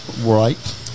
Right